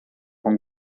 com